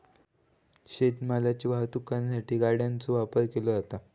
शेत मालाची वाहतूक करण्यासाठी गाड्यांचो वापर केलो जाता